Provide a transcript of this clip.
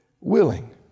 Willing